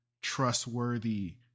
trustworthy